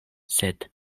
sed